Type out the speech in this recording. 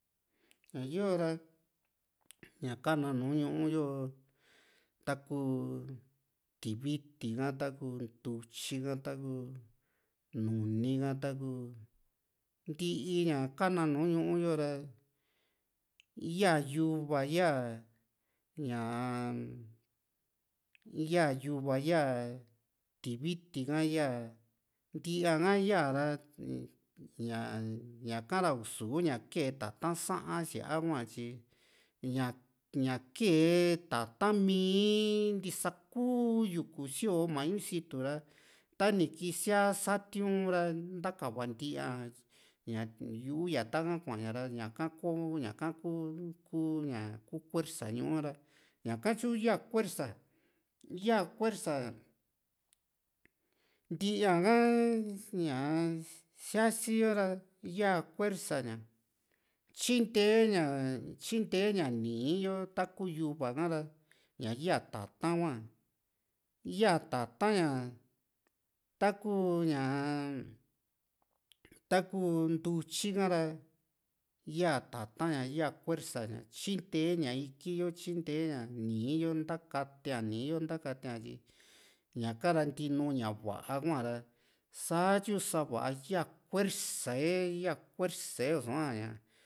ñaa yo´ra ña kana nùù ñuu yo taku tiviti ka, taku ntutyi ka, taku nuni ha, taku ntii ña kana nùù ñuu yo´ra yaa yuva ya ñaa ya yuva ya ya tiviti ka ya ntia´ha ya´ra ñañaka ra i´su ña kee tata´n saa´n síaa hua tyi ña ñe kee tata´n mii ntisa kuu yuku sioo mañu situ ra tani kisia satiu´n ra ntakava ntia ñaa yu´u yata ha kuaa ña ra ñaka ku ñaka ku ku kuersa ñuu ha´ra ña´ha tyu ya kuersa yaa kuersa nti´aa ñaa sia´si yo ra ya kuersa ña tyinte ña tyinte ña nii yo taku yuva ha´ra ñaa yaa tata´n hua iyaa tata´n ña taku ñaa taku ntutyi ha´ra yaa tata´n ña ya kuersa ña tyinte ña iki yo tyinte ña nii yo ntakatea nii yo ntakatea tyi ñaka ra ntiinu ña va´a hua ra satyu sa´vaa ya kuersae ya kuersae i´sua ña